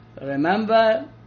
Remember